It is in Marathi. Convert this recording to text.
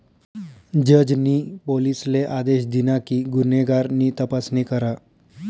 जज नी पोलिसले आदेश दिना कि गुन्हेगार नी तपासणी करा